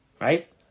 Right